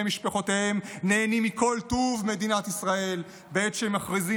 משפחותיהם נהנים מכל טוב מדינת ישראל בעת שהם מכריזים